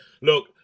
look